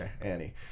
Annie